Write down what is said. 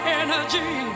energy